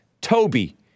Toby